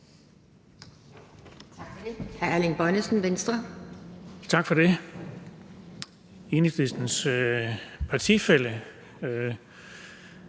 Tak for det.